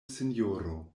sinjoro